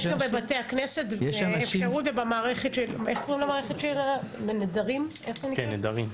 יש גם בבתי הכנסת ובמערכת נדרים אפשרות.